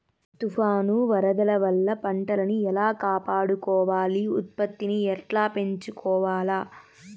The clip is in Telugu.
తుఫాను, వరదల వల్ల పంటలని ఎలా కాపాడుకోవాలి, ఉత్పత్తిని ఎట్లా పెంచుకోవాల?